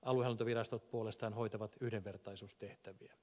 aluehallintovirastot puolestaan hoitavat yhdenvertaisuustehtäviä